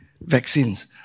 vaccines